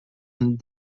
and